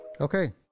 Okay